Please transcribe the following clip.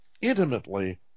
intimately